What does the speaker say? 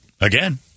again